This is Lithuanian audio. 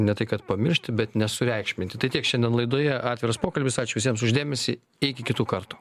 ne tai kad pamiršti bet nesureikšminti tai tiek šiandien laidoje atviras pokalbis ačiū visiems už dėmesį iki kitų kartų